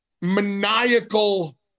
maniacal